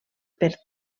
per